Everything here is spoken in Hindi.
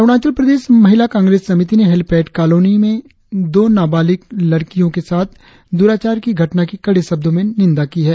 अरुणाचल प्रदेश महिला कांग्रेस समिति ने हेलिपेड काँलोनी दो नावालिक लड़की के साथ द्राचार की घटना की कड़े शब्दो में निन्दा की है